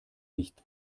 nicht